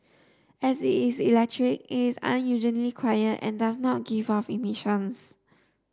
as it's electric it's unusually quiet and does not give off emissions